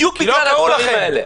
בדיוק בגלל הדברים האלה.